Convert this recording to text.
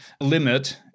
limit